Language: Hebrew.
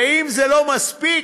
ואם זה לא מספיק,